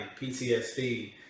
ptsd